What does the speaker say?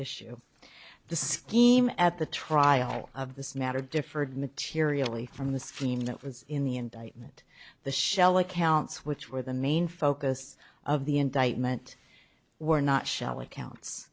issue the scheme at the trial of this matter differed materially from the scheme that was in the indictment the shell accounts which were the main focus of the indictment were not shell accounts